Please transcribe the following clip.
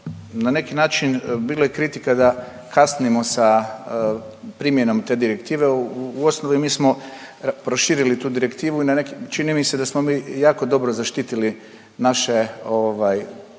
na neki način bilo je kritika da kasnimo sa primjenom te direktive, u osnovi, mi smo proširili tu direktivu i na neki, čini mi se da smo mi jako dobro zaštitili naše ovaj,